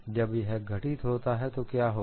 जब यह घटित होता है तो क्या होगा